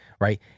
right